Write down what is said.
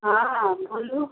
हँ बोलू